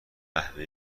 قهوه